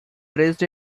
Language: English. dressed